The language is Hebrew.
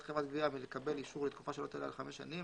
חברת גבייה מלקבל אישור לתקופה שלא תעלה על חמש שנים,